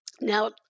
now